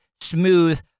smooth